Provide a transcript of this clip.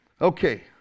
Okay